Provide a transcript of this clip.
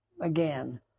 again